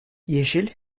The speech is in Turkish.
yeşil